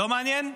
לא מעניין?